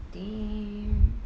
damn